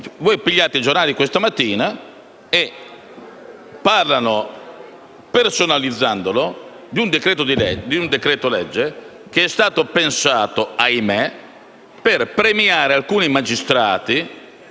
Se guardate i giornali di questa mattina, vedrete che parlano, personalizzandolo, di un decreto-legge che è stato pensato - ahimè - per premiare alcuni magistrati